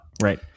right